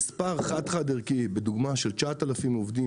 מספר של 9,000 עובדים,